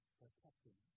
protecting